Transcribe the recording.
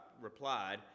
replied